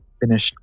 finished